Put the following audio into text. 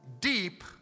deep